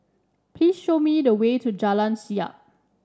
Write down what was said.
please show me the way to Jalan Siap